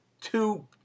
two